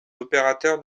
opérateurs